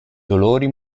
dolori